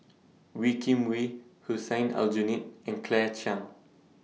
Wee Kim Wee Hussein Aljunied and Claire Chiang